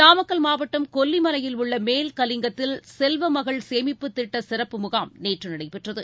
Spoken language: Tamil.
நாமக்கல் மாவட்டம் கொல்லிமலையில் உள்ள மேல்கலிங்கத்தில் செல்வமகள் சேமிப்புத்திட்ட சிறப்பு முகாம் நேற்று நடைபெற்றது